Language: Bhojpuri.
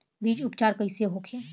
बीज उपचार कइसे होखे?